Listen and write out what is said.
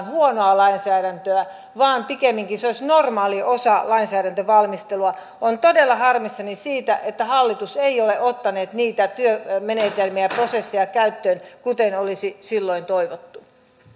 huonoa lainsäädäntöä vaan pikemminkin ne olisivat normaali osa lainsäädäntövalmistelua olen todella harmissani siitä että hallitus ei ole ottanut niitä työmenetelmiä ja prosesseja käyttöön joita olisi silloin toivottu